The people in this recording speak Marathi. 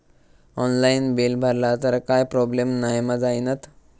ऑनलाइन बिल भरला तर काय प्रोब्लेम नाय मा जाईनत?